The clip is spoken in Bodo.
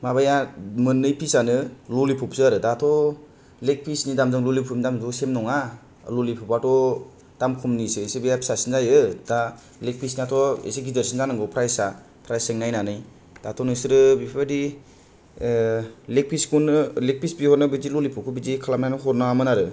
माबाया मोन्नै पिसयानो ललिपबसो आरो दाथ' लेग पिसनि दामजों ललिपबनि दामजोंथ' सेम नङा ललिपबयाथ' दाम खमनिसो एसे बेहा फिसासिन जायो दा लेग पिसनाथ' एसे गेदेरसिन जानांगौ प्राइसया प्राइसजों नायनानै दाथ' नोंसोरो बेफोरबादि लेग पिसखौनो लेग पिस बिहरनायाव बिदि ललिपबखौ बिदि खालामनानै हरनाङामोन आरो